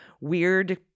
weird